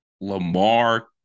Lamar